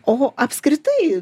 o apskritai